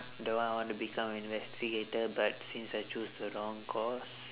the one I want to become investigator but since I choose the wrong course